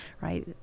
right